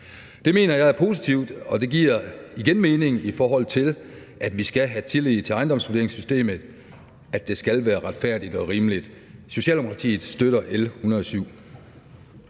Det mener jeg er positivt, og det giver igen mening, i forhold til at vi skal have tillid til ejendomsvurderingssystemet; det skal være retfærdigt og rimeligt. Socialdemokratiet støtter L 107.